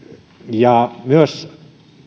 ja myös